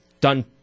done